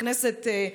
בכנסת,